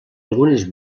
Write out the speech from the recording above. algunes